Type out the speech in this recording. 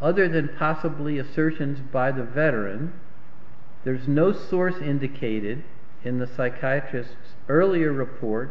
other than possibly assertions by the veteran there's no source indicated in the psychiatry this earlier report